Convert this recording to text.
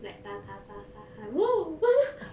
like 打打杀杀 kind